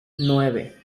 nueve